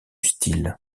style